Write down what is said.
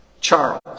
Charles